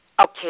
Okay